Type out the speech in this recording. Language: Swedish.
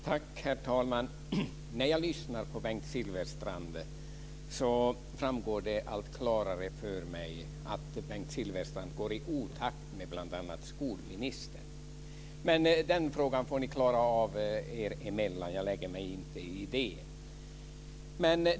Herr talman! När jag lyssnar på Bengt Silfverstrand framgår det allt klarare för mig att Bengt Silfverstrand går i otakt med bl.a. skolministern. Men den frågan får ni klara av er emellan. Jag lägger mig inte i det.